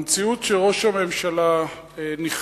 המציאות היא שראש הממשלה נכנע